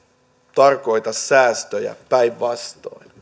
tarkoita säästöjä päinvastoin